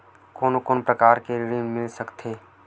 कोन कोन प्रकार के ऋण मिल सकथे?